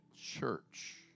church